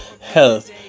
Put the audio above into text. health